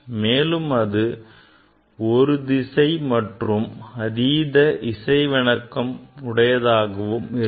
மேலும் அது ஒற்றை திசை மற்றும் அதீத இசைவிணக்கம் உடையதாகவும் இருக்கும்